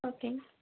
okay